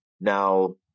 Now